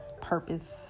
purpose